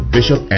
Bishop